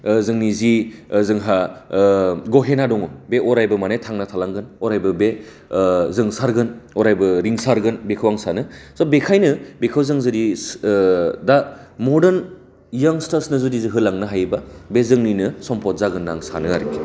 जोंनि जि जोंहा गहेना दं बे अरायबो माने थांना थालांगोन अरायबो बे जोंसारगोन अरायबो रिंसारगोन बेखौ आं सानो स' बेखायनो बेखौ जों जेरै दा मर्डान इयां सिस्टारसनो जुदि जों होलांनो हायोबा बे जोंनिनो सम्पद जोगोन होन्ना आं सानो आरोखि